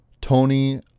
Tony